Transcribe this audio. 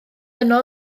yno